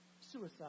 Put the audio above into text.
suicide